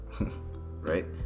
Right